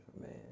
Man